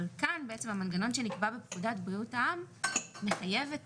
אבל כאן בעצם המנגנון שנקבע בפקודת בריאות העם מחייב את